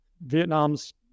Vietnam's